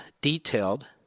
detailed